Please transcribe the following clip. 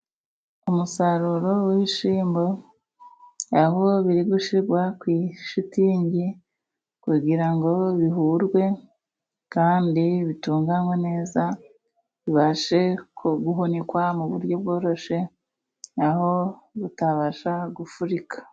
Umusaruro w'ibishyimbo aho biri gushyirwa kuri shitingi kugira ngo bihurwe kandi bitunganywe neza bibashe guhunikwa mu buryo bworoshye aho bitabasha gufurika.